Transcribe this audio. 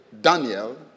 Daniel